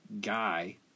guy